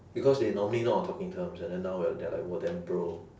because they normally not on talking terms and then now we're they're like !wah! damn bro